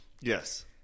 Yes